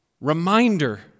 reminder